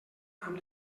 amb